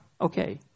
Okay